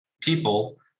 people